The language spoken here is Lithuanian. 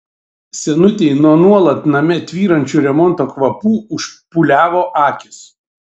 senutei nuo nuolat name tvyrančių remonto kvapų užpūliavo akys